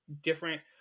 different